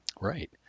Right